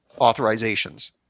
authorizations